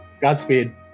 Godspeed